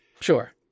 Sure